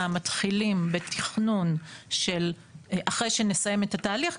מתחילים בתכנון אחרי שנסיים את התהליך,